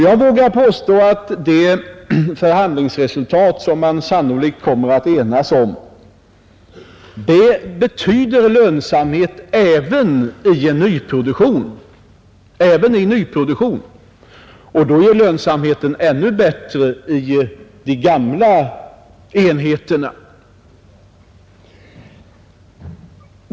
Jag vågar påstå att det förhandlingsresultat som man sannolikt kommer att enas om betyder lönsamhet även i nyproduktion — och då är lönsamheten ännu bättre i de gamla enheterna.